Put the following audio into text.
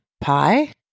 pie